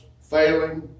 failing